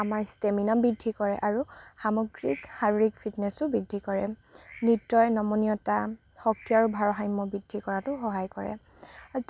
আমাৰ ষ্টেমিনা বৃদ্ধি কৰে আৰু সামগ্ৰীক শাৰীৰিক ফিটনেছো বৃদ্ধি কৰে নৃত্যই নমনীয়তা শক্তি আৰু ভাৰসাম্য বৃদ্ধি কৰাতো সহায় কৰে